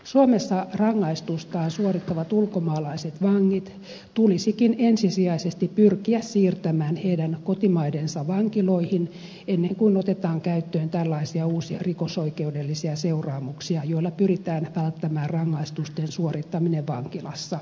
suomessa rangaistustaan suorittavat ulkomaalaiset vangit tulisikin ensisijaisesti pyrkiä siirtämään kotimaidensa vankiloihin ennen kuin otetaan käyttöön tällaisia uusia rikosoikeudellisia seuraamuksia joilla pyritään välttämään rangaistusten suorittaminen vankilassa